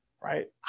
right